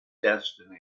destiny